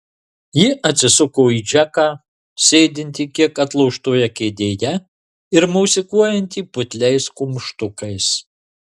ji atsisuko į džeką sėdintį kiek atloštoje kėdėje ir mosikuojantį putliais kumštukais